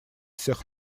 всех